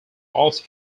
also